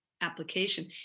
application